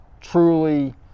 truly